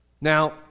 Now